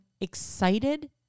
excited